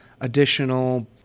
additional